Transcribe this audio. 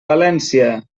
valència